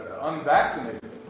unvaccinated